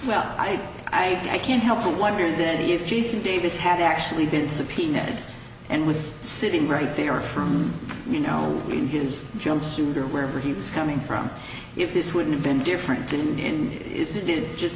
well i i i can't help but wonder then to you jason davis had actually been subpoenaed and was sitting right there for you know i mean his jumpsuit or wherever he was coming from if this wouldn't have been different in is it did just